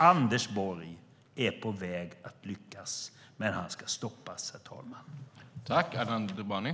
Anders Borg är på väg att lyckas, herr talman, men han ska stoppas.